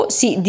si